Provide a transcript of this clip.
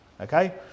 okay